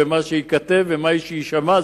מה שייכתב ומה שיישמע,